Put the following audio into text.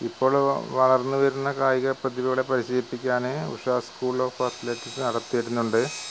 ഇപ്പളും വളർന്നു വരുന്ന കായിക പ്രതിഭകളെ പരിശീലിപ്പിക്കാൻ ഉഷാ സ്കൂൾ ഓഫ് അത്ലെറ്റിക് നടത്തി വരുന്നുണ്ട്